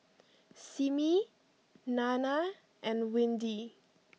Simmie Nanna and Windy